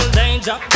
danger